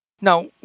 Now